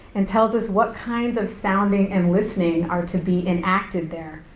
and tells us what kinds of sounding and listening are to be enacted there,